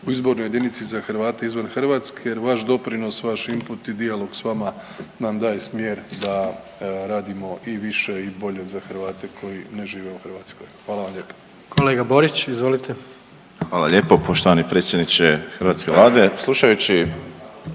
u izbornoj jedinici za Hrvate izvan Hrvatske jer vaš doprinos, vaš input i dijalog s vama nam daje smjer da radimo i više i bolje za Hrvate koji ne žive u Hrvatskoj. Hvala vam lijepo. **Jandroković, Gordan (HDZ)** Kolega Borić. **Borić, Josip (HDZ)** Hvala lijepo poštovani predsjedniče hrvatske Vlade.